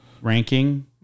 ranking